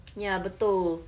ye betul